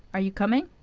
are you coming?